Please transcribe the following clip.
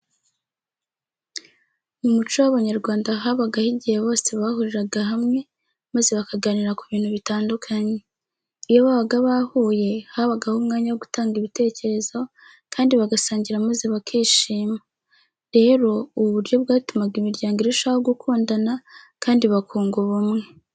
Mu muco w'Abanyarwanda habagaho igihe bose bahuriraga hamwe maze bakaganira ku bintu bitandukanye. Iyo babaga bahuye habagaho umwanya wo gutanga ibitekerezo kandi bagasangira maze bakishima. Rero ubu buryo bwatumaga imiryango irushaho gukundana kandi bakunga ubumwe.